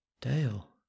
Dale